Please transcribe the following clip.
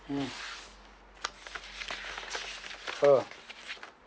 um oh